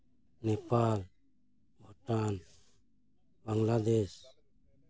Nepal Bhutan Bangladesh